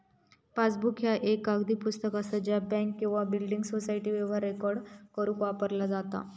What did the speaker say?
passbook ह्या एक कागदी पुस्तक असा ज्या बँक किंवा बिल्डिंग सोसायटी व्यवहार रेकॉर्ड करुक वापरला जाता